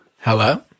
Hello